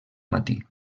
matí